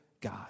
God